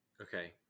okay